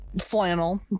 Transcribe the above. flannel